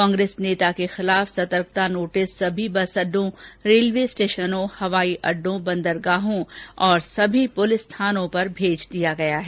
कांग्रेस नेता के खिलाफ सतर्कता नोटिस सभी बस अड्डों रेलवे स्टेशनों हवाई अड्डों बन्दरगाहों और सभी पुलिस थानों पर भेज दिया गया है